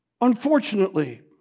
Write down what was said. unfortunately